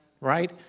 right